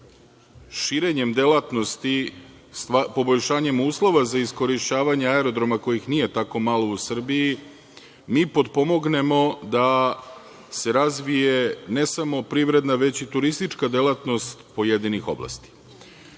širenjem delatnosti, poboljšanjem uslova za iskorišćavanje aerodroma kojih nije tako malo u Srbiji, mi potpomognemo da se razvije ne samo privredna, već i turistička delatnost pojedinih oblasti. Nemojmo